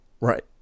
right